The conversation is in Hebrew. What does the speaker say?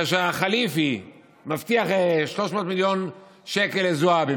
כאשר החליפי מבטיח 300 מיליון שקל לזועבי,